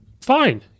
fine